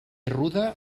ruda